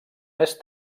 més